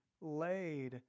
laid